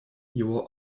его